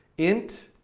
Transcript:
int.